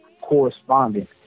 correspondent